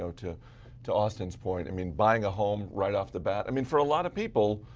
so to to austin's point, i mean buying a home, right off the bat, i mean for a lot of people,